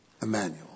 Emmanuel